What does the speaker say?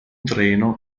treno